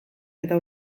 eta